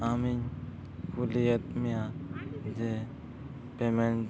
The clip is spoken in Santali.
ᱟᱢᱤᱧ ᱠᱩᱞᱤᱭᱮᱫ ᱢᱮᱭᱟ ᱡᱮ